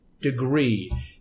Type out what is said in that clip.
Degree